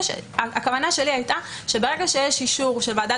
הכוונה שלי הייתה שברגע שיש אישור של ועדת